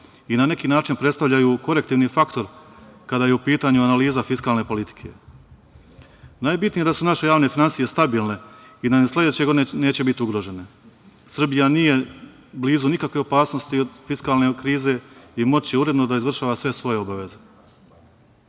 i na neki način predstavljaju korektivni faktor kada je u pitanju analiza fiskalne politike. Najbitnije je da su naše javne finansije stabilne i da nam ni sledeće godine neće biti ugrožene. Srbija nije blizu nikakve opasnosti od fiskalne krize i moći će uredno da izvršava sve svoje obaveze. Kada